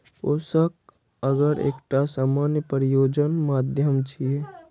पोषक अगर एकटा सामान्य प्रयोजन माध्यम छियै